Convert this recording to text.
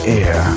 air